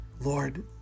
Lord